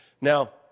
Now